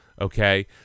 Okay